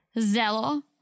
Zelo